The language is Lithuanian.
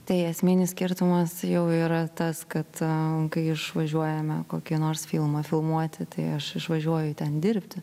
tai esminis skirtumas jau yra tas kad e kai išvažiuojame kokį nors filmą filmuoti tai aš išvažiuoju ten dirbti